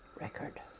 Record